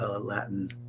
Latin